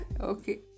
Okay